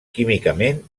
químicament